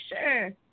sure